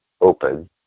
Open